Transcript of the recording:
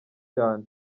cyane